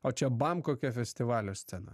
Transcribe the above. o čia bam kokia festivalio scena